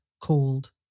cold